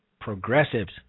progressives